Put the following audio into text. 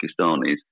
Pakistanis